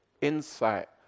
insight